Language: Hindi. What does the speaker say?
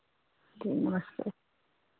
ठीक नमस्ते